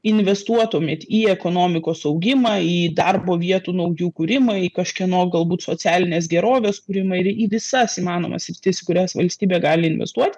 investuotumėt į ekonomikos augimą į darbo vietų naujų kūrimą į kažkieno galbūt socialinės gerovės kūrimą ir į visas įmanomas sritis į kurias valstybė gali investuot